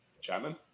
Chapman